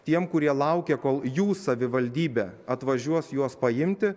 tiem kurie laukė kol jų savivaldybė atvažiuos juos paimti